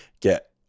Get